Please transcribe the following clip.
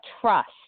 trust